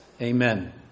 amen